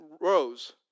rows